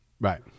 Right